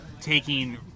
taking